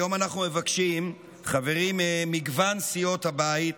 היום אנחנו, חברים ממגוון סיעות הבית,